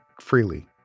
freely